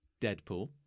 Deadpool